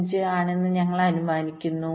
5 ആണെന്ന് ഞങ്ങൾ അനുമാനിക്കുന്നു